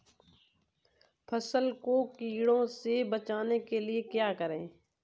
फसल को कीड़ों से बचाने के लिए क्या करें?